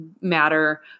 matter